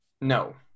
No